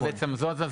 זו בעצם הנקודה.